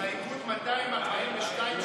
הסתייגות 242,